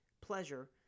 pleasure